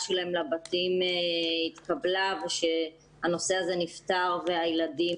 שלהן לבתים התקבלה ושהנושא הזה נפתר והילדים